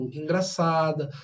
engraçada